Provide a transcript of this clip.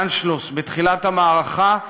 ה"אנשלוס" בתחילת המערכה,